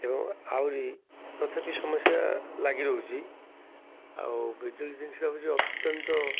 ଏବଂ ଆହୁରି ତଥାପି ସମସ୍ୟା ଲାଗି ରହୁଛି ଆଉ ବିଜୁଳି ଜିନିଷଟା ହେଉଛି ଅତ୍ୟନ୍ତ